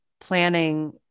planning